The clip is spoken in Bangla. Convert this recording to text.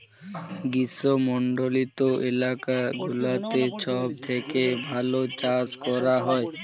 গ্রীস্মমন্ডলিত এলাকা গুলাতে সব থেক্যে ভাল চাস ক্যরা হ্যয়